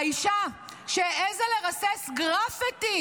האישה שהעזה לרסס גרפיטי